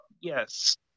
Yes